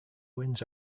wins